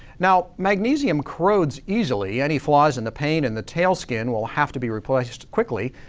now magnesium corrodes easily any flaws in the paint, and the tail skin will have to be replaced quickly.